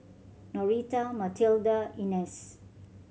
Noreta Mathilda Inez